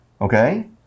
Okay